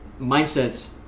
mindsets